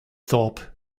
thorpe